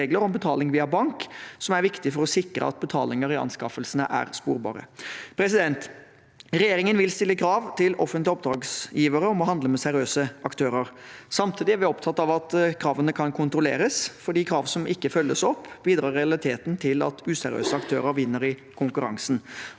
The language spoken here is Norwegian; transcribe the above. regler om betaling via bank, som er viktig for å sikre at betalinger i anskaffelsene er sporbare. Regjeringen vil stille krav til offentlige oppdragsgivere om å handle med seriøse aktører. Samtidig er vi opptatt av at kravene skal kunne kontrolleres, for krav som ikke følges opp, bidrar i realiteten til at useriøse aktører vinner i konkurransen.